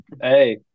Hey